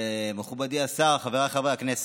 מכובדי השר, חבריי חברי הכנסת,